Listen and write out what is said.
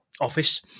office